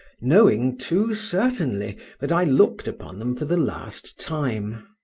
knowing too certainly that i looked upon them for the last time.